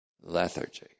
lethargy